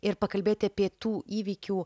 ir pakalbėti apie tų įvykių